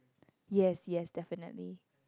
yes yes definitely